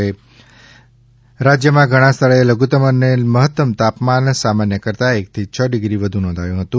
દરમ્યાન રાજ્યમાં ઘણાં સ્થળે લઘુત્તમ અને મહત્તમ તાપમાન સામાન્ય કરતાં એકથી છ ડિગ્રી વધુ નોંધાયું હતું